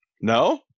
No